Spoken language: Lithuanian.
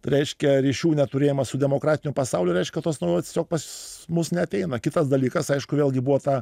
reiškia ryšių neturėjimas su demokratiniu pasauliu reiškia tos nu vat tiesiog pas mus neateina kitas dalykas aišku vėlgi buvo ta